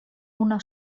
una